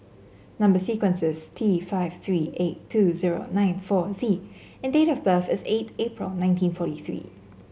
number sequence is T five three eight two zero nine four Z and date of birth is eight April nineteen forty three